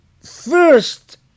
first